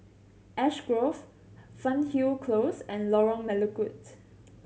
Ash Grove Fernhill Close and Lorong Melukut